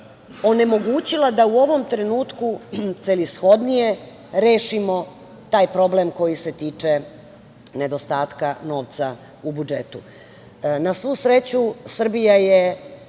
onemogućila da u ovom trenutku celishodnije rešimo taj problem koji se tiče nedostatka novca u budžetu. Na svu sreću Srbija je